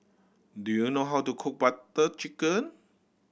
do you know how to cook Butter Chicken